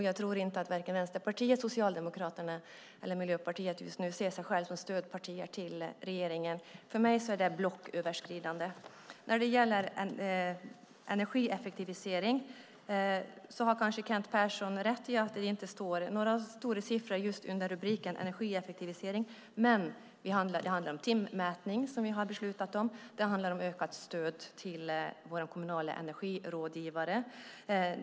Jag tror inte att vare sig Vänsterpartiet, Socialdemokraterna eller Miljöpartiet just nu ser sig själva som stödpartier till regeringen. För mig är det "blocköverskridande". När det gäller energieffektivisering har kanske Kent Persson rätt i att det inte står några stora siffror just under rubriken Energieffektivisering. Men det handlar om timmätning, som vi har beslutat om. Det handlar om ökat stöd till våra kommunala energirådgivare.